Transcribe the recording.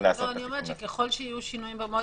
ככל שיהיו שינויים במועדים,